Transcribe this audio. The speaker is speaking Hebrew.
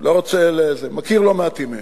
לא רוצה, מכיר לא מעטים מהם.